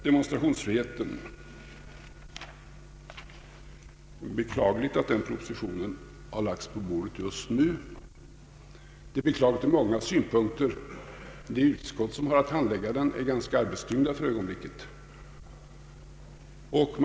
Det är ur många synpunkter beklagligt att denna proposition har lagts på riksdagens bord just nu. De utskott som har att handiägga propositionen är för ögonblicket ganska arbetstyngda.